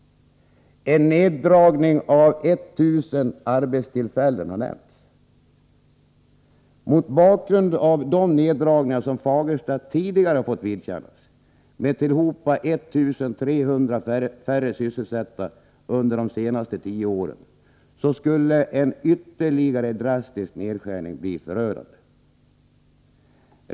En neddragning med 1000 arbetstillfällen har nämnts. Mot bakgrund av de neddragningar som Fagersta tidigare fått vidkännas med tillhopa 1300 färre sysselsatta under de senaste tio åren skulle en ytterligare drastisk nedskärning bli förödande.